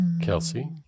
Kelsey